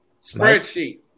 Spreadsheet